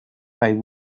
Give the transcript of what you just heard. five